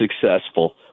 successful